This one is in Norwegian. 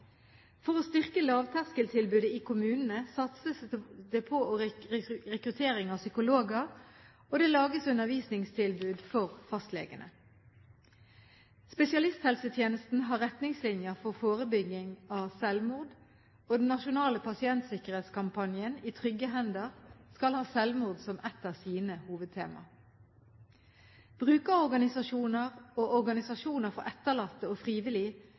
For å styrke lavterskeltilbudet i kommunene satses det på rekruttering av psykologer, og det lages undervisningstilbud for fastlegene. Spesialisthelsetjenesten har retningslinjer for forebygging av selvmord, og den nasjonale pasientsikkerhetskampanjen «I trygge hender» skal ha selvmord som et av sine hovedtemaer. Brukerorganisasjoner og organisasjoner for etterlatte og frivillige